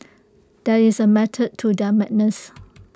there is A method to their madness